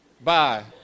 Bye